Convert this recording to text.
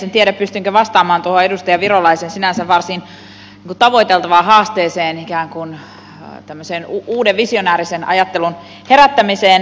en tiedä pystynkö vastaamaan tuohon edustaja virolaisen sinänsä varsin tavoiteltavaan haasteeseen ikään kuin tämmöisen uuden visionäärisen ajattelun herättämiseen